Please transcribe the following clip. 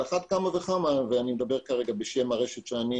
על אחת כמה וכמה ואני מדבר כרגע בשם הרשת שאני